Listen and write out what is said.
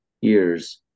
years